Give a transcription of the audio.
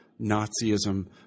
Nazism